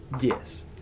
Yes